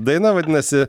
daina vadinasi